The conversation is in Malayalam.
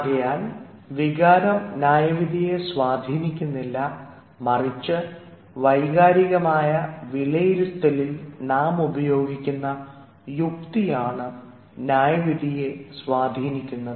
ആകയാൽ വികാരം ന്യായവിധിയെ സ്വാധീനിക്കുന്നില്ല മറിച്ച് വൈകാരികമായ വിലയിരുത്തലിൽ നാം ഉപയോഗിക്കുന്ന യുക്തിയാണ് ന്യായവിധിയെ സ്വാധീനിക്കുന്നത്